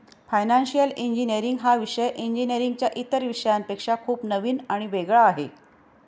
financial engineering हा विषय इंजिनीअरिंगच्या इतर विषयांपेक्षा खूप नवीन आणि वेगळा आहे